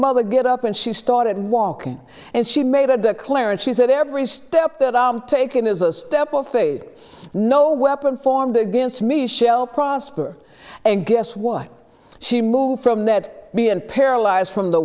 mother get up and she started walking and she made a cleric she said every step that i'm taking is a step of fate no weapon formed against michelle prosper and guess what she moved from that being paralyzed from the